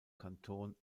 kanton